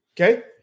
okay